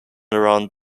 around